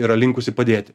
yra linkusi padėti